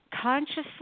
consciously